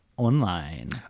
online